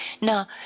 Now